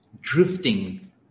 drifting